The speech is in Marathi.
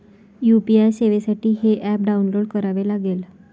यू.पी.आय सेवेसाठी हे ऍप डाऊनलोड करावे लागेल